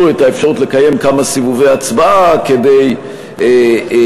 את האפשרות לקיים כמה סיבובי הצבעה כדי להקשות,